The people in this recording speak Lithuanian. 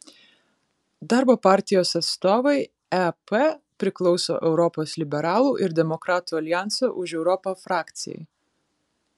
darbo partijos atstovai ep priklauso europos liberalų ir demokratų aljanso už europą frakcijai